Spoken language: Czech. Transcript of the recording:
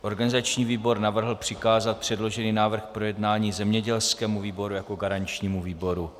Organizační výbor navrhl přikázat předložený návrh k projednání zemědělskému výboru jako garančnímu výboru.